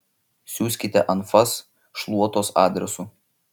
siųskite anfas šluotos adresu